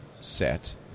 set